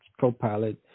co-pilot